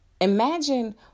Imagine